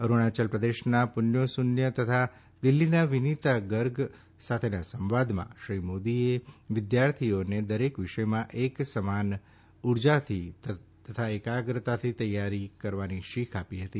અરૂણાચલ પ્રદેશના પુન્યો સુન્ય તથા દિલ્ફીના વિનીતા ગર્ગ સાથેના સંવાદમાં શ્રી મોદીએ વિદ્યાર્થીઓને દરેક વિષયમાં એક સમાન ઉર્જાથી તથા એકાગ્રતાથી તૈયારી કરવાની શીખ આપી હતી